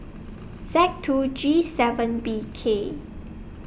Z two G seven B K